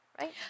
right